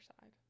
side